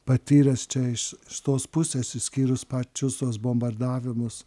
patyręs čia iš iš tos pusės išskyrus pačius tuos bombardavimus